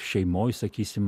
šeimoj sakysim